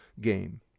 game